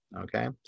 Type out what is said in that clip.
okay